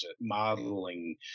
modeling